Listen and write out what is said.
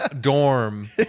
dorm